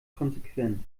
konsequent